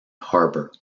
harbour